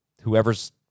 whoever's